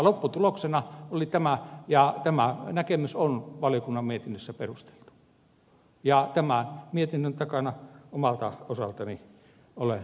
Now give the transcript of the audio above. lopputuloksena oli tämä ja tämä näkemys on valiokunnan mietinnössä perusteltu ja tämän mietinnön takana omalta osaltani olen seisonut